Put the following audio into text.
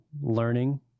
learning